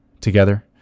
together